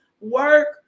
work